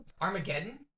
Armageddon